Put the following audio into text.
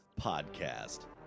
podcast